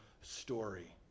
story